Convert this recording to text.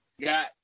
got